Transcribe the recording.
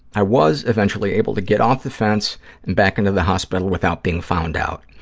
i was eventually able to get off the fence and back into the hospital without being found out.